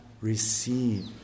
receive